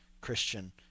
Christian